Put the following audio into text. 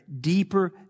deeper